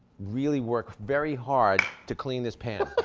really work very hard to clean this pan.